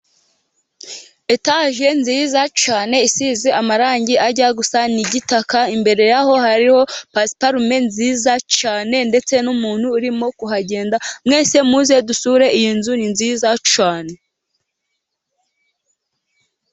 Etaje nziza cyane isize amarangi ajya gusa nigitaka, imbere yaho hariho pasiparume nziza cyane ndetse n'umuntu urimo kuhagenda, mwese muze dusure iyi nzu ni nziza cyane.